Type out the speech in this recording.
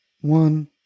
one